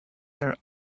their